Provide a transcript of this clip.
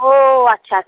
ও আচ্ছা আচ্ছা